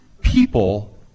people